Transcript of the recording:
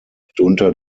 mitunter